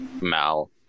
Mal